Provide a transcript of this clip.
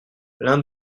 l’un